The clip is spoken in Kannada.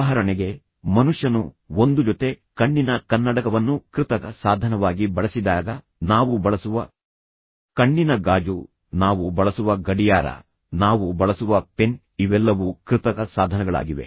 ಉದಾಹರಣೆಗೆ ಮನುಷ್ಯನು ಒಂದು ಜೊತೆ ಕಣ್ಣಿನ ಕನ್ನಡಕವನ್ನು ಕೃತಕ ಸಾಧನವಾಗಿ ಬಳಸಿದಾಗ ನಾವು ಬಳಸುವ ಕಣ್ಣಿನ ಗಾಜು ನಾವು ಬಳಸುವ ಗಡಿಯಾರ ನಾವು ಬಳಸುವ ಪೆನ್ ಇವೆಲ್ಲವೂ ಕೃತಕ ಸಾಧನಗಳಾಗಿವೆ